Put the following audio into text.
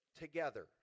together